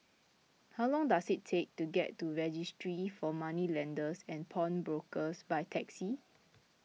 how long does it take to get to Registry for Moneylenders and Pawnbrokers by taxi